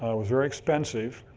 was very expensive.